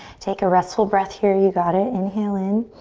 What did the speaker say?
take a restful breath here. you've got it. inhale in.